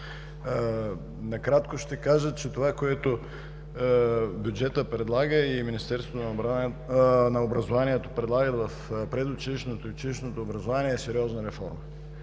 Накратко ще кажа, че това, което бюджетът предлага и Министерството на образованието предлага в предучилищното и училищното образование, е сериозна реформа.